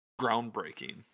groundbreaking